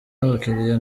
n’abakiliya